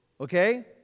Okay